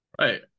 Right